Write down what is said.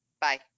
Bye